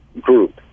Group